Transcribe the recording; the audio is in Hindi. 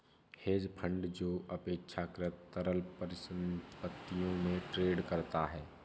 हेज फंड जो अपेक्षाकृत तरल परिसंपत्तियों में ट्रेड करता है